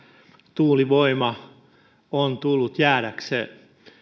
tuulivoima on tullut jäädäkseen